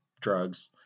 drugs